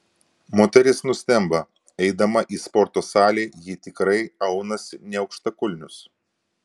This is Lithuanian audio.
moteris nustemba eidama į sporto salę ji tikrai aunasi ne aukštakulnius